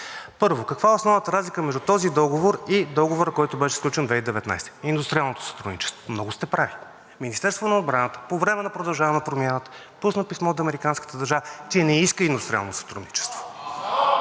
Първо, каква е основната разлика между този договор и договора, който беше сключен 2019 г. – индустриалното сътрудничество. Много сте прави. Министерството на отбраната по време на „Продължаваме Промяната“ пусна писмо до американската държава, че не иска индустриално сътрудничество.